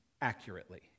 accurately